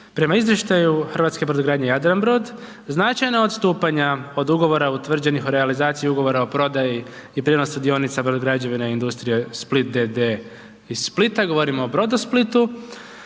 Prema izvještaju hrvatske brodogradnje Jadranbrod značajna odstupanja od ugovora utvrđenih o realizaciji ugovora o prodaji i prijenosu dionica Brodograđevine i industrije Split d.d. iz Splita, govorimo o Brodosplitu.